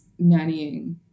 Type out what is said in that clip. nannying